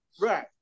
right